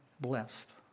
blessed